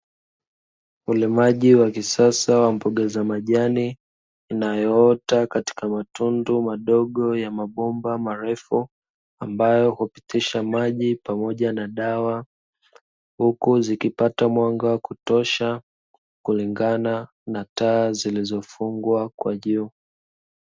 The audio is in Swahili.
Ulimaji wa kisasa wa mboga za majani inayoota katika matundu madogo ya mabomba marefu ambayo hupitisha maji pamoja na dawa huku zikipata mwanga wa kutosha kulingana na taa zilizofungwa kwa juu.